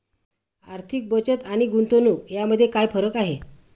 आर्थिक बचत आणि गुंतवणूक यामध्ये काय फरक आहे?